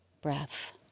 Breath